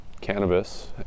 cannabis